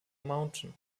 mountain